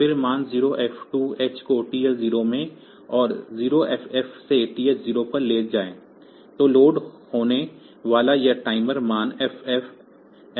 फिर मान 0F2h को TL0 में और 0FFh से TH0 पर ले जाएं तो लोड होने वाला यह टाइमर मान FFF2h है